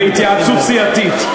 בהתייעצות סיעתית.